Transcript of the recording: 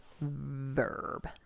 verb